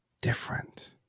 different